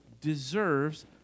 deserves